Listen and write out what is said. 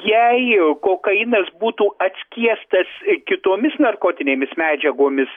jei kokainas būtų atskiestas kitomis narkotinėmis medžiagomis